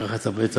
את הפירוש.